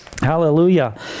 Hallelujah